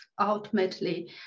ultimately